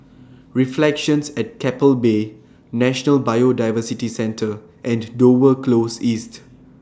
Reflections At Keppel Bay National Biodiversity Centre and Dover Close East